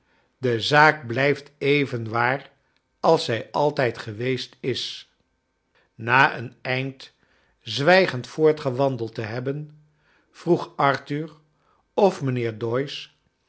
de zaak blijffc even waar als zij altrjd geweest is na een eind zwrjgend voortgewaadeld te hebben vroeg arthur of mijnheer doyce